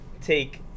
take